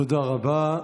תודה רבה.